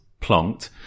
plonked